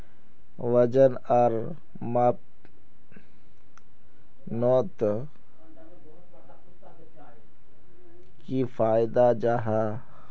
वजन आर मापनोत की फायदा जाहा?